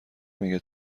مگه